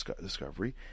discovery